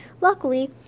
Luckily